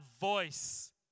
voice